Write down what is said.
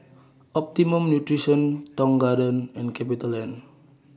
Optimum Nutrition Tong Garden and CapitaLand